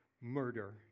murder